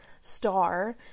star